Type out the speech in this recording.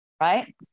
Right